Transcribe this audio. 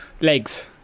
Legs